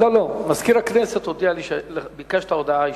לא, לא, מזכיר הכנסת הודיע לי שביקשת הודעה אישית,